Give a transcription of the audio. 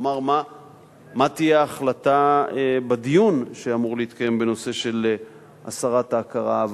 לומר מה תהיה ההחלטה בדיון שאמור להתקיים בנושא של הסרת ההכרה,